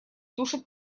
тушит